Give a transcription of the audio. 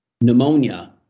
pneumonia